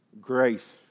grace